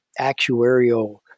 actuarial